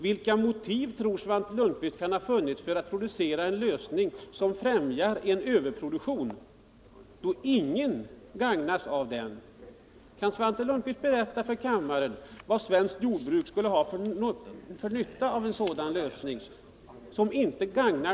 Vilka motiv tror Svante Lundkvist skulle föreligga för en sådan lösning, som ingen gagnas av? Kan Svante Lundkvist berätta det för kammarens ledamöter!